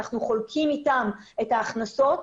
אנחנו חולקים איתם את ההכנסות.